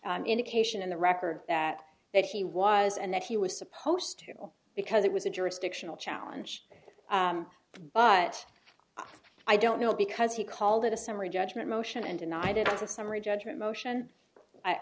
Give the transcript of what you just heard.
an indication in the record that that he was and that he was supposed to because it was a jurisdictional challenge but i don't know because he called it a summary judgment motion and denied it as a summary judgment motion i